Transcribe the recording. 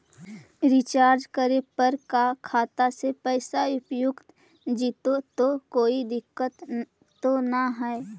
Recharge करे पर का खाता से पैसा उपयुक्त जितै तो कोई दिक्कत तो ना है?